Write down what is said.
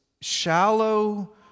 shallow